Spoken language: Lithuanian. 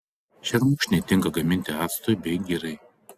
šermukšniai tinka gaminti actui bei girai